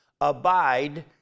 abide